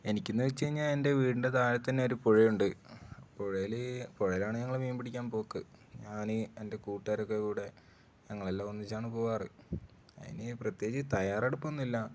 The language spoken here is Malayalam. എനിക്ക് എന്ന് വെച്ച് കഴിഞ്ഞാൽ എൻ്റെ വീടിൻ്റെ താഴെ തന്നെ ഒരു പുഴയുണ്ട് പുഴയിൽ പുഴയിലാണ് ഞങ്ങൾ മീൻ പിടിക്കാൻ പോക്ക് ഞാൻ എൻ്റെ കൂട്ടുകാരൊക്കെ കൂടെ ഞങ്ങളെല്ലാം ഒന്നിച്ചാണ് പോകാറ് അതിന് പ്രത്യേകിച്ച് തയ്യാറെടുപ്പൊന്നും ഇല്ല